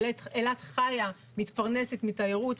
אילת חיה ומתפרנסת מתיירות.